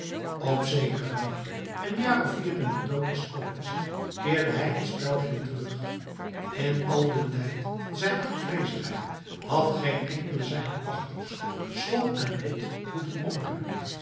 op zekeren dag een jaar of vier na den dood des konings keerde hij als pelgrim terug in al den tijd van zijne afwezigheid had geen enkele zijner pachters schot en lot moeten opbrengen